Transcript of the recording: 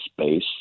space